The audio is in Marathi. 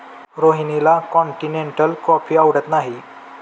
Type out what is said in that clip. रोहिणीला कॉन्टिनेन्टल कॉफी आवडत नाही